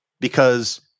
Because-